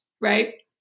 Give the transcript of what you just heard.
right